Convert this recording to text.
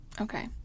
Okay